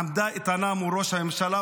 היא עמדה איתנה מול ראש הממשלה,